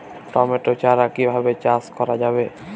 Tomato চারা কিভাবে চাষ করা যাবে?